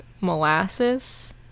molasses